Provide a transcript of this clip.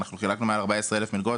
אנחנו חילקנו מעל ארבע-עשרה אלף מלגות.